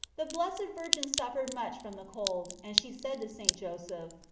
the blessed virgin suffered much from the cold, and she said to st. joseph,